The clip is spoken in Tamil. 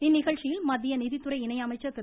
இந்நிகழ்ச்சியில் மத்திய நிதித்துறை இணை அமைச்சர் திரு